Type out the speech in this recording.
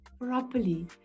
properly